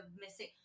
missing